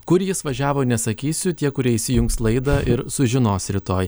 kur jis važiavo nesakysiu tie kurie įsijungs laidą ir sužinos rytoj